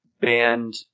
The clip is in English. band